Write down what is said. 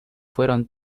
fueron